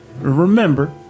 Remember